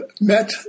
met